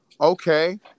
Okay